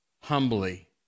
humbly